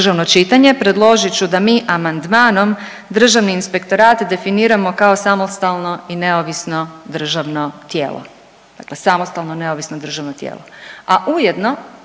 predložit ću da mi amandmanom državni inspektorat definiramo kao samostalno i neovisno državno tijelo, dakle samostalno neovisno državno tijelo, a ujedno